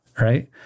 right